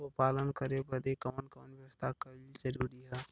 गोपालन करे बदे कवन कवन व्यवस्था कइल जरूरी ह?